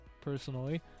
personally